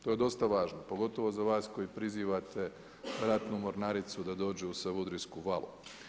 To je dosta važno pogotovo za vas koji prizivate ratnu mornaricu da dođe u Savurdijsku valu.